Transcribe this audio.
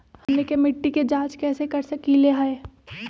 हमनी के मिट्टी के जाँच कैसे कर सकीले है?